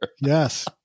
Yes